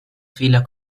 fehler